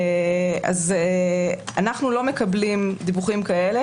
אז אנחנו לא מקבלים דיווחים כאלה,